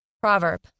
Proverb